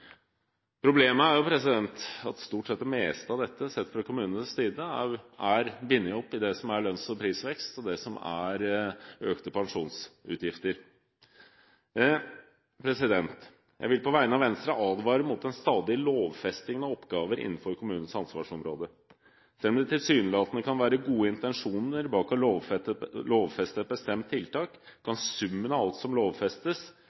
at stort sett det meste av dette, sett fra kommunenes side, er bundet opp i lønns- og prisvekst og økte pensjonsutgifter. Jeg vil på vegne av Venstre advare mot en stadig lovfesting av oppgaver innenfor kommunens ansvarsområde. Selv om det tilsynelatende kan være gode intensjoner bak å lovfeste et bestemt tiltak, kan summen av alt som lovfestes,